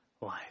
life